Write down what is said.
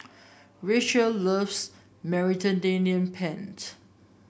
Rachael loves Mediterranean Penne